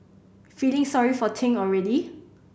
feeling sorry for Ting already